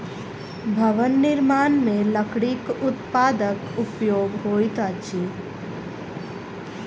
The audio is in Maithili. भवन निर्माण मे लकड़ीक उत्पादक उपयोग होइत अछि